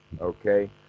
okay